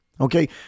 Okay